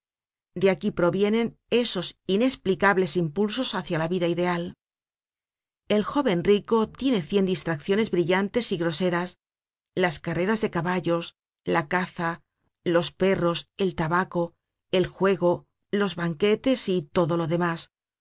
de aquí provienen esos inesplicables impulsos hácia la vida ideal el jóven rico tiene cien distracciones brillantes y groseras las carreras de caballos la caza los perros el tabaco el juego los banquetes y todo lo demás